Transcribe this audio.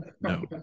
no